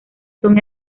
son